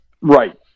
right